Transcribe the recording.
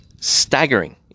Staggering